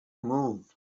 move